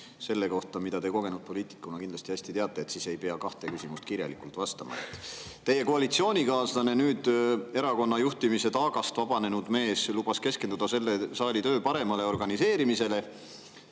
selle kohta, mida te kogenud poliitikuna kindlasti hästi teate, siis te ei pea kahte küsimust kirjalikult vastama. Teie koalitsioonikaaslane, nüüd erakonna juhtimise taagast vabanenud mees, lubas keskenduda selle saali töö paremale organiseerimisele,